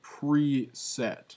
preset